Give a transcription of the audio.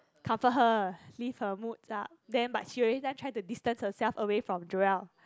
comfort her lift her moods up then but she every time try to distance herself away from Joel